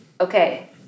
okay